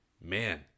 man